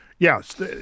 Yes